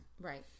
Right